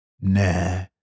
nah